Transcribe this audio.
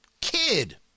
kid